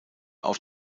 auf